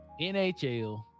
NHL